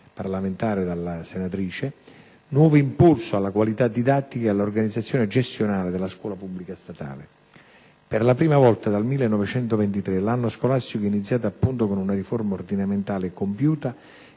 in questione dalla senatrice, nuovo impulso alla qualità didattica e all'organizzazione gestionale della scuola pubblica statale. Per la prima volta dal 1923, l'anno scolastico è iniziato appunto con una riforma ordinamentale compiuta